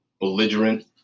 belligerent